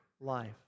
life